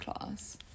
class